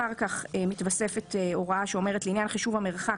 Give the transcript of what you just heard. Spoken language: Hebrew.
אחר כך מתווספת הוראה שאומרת: לעניין חישוב המרחק